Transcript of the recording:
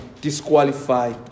disqualify